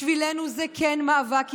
בשבילנו זה כן מאבק אידיאולוגי.